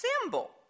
symbol